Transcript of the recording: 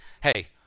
hey